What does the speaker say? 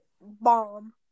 bomb